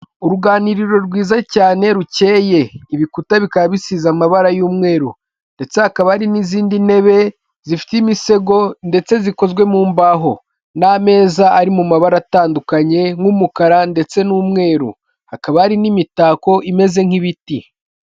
Uruganiriro rwiza cyane rukeye, ibikuta bikaba bisize amabara y'umweru, ndetse hakaba hari n'izindi ntebe zifite imisego ndetse zikozwe mu mbaho, n'ameza ari mu mabara atandukanye nk'umukara ndetse n'umweru, hakaba hari n'imitako imeze nk'ibiti.